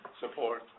support